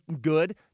good